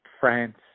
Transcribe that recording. France